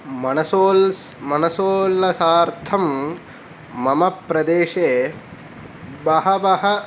मनसोल् मनसोल्लासार्थं मम प्रदेशे बहवः